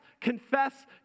confess